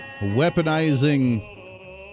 Weaponizing